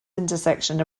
intersection